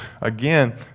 Again